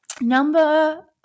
number